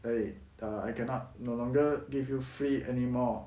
eh err I cannot no longer give you free anymore